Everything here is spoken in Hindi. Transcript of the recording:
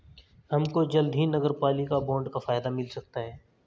हमको जल्द ही नगरपालिका बॉन्ड का फायदा मिल सकता है